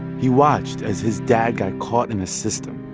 he watched as his dad got caught in the system,